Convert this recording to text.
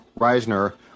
Reisner